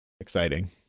exciting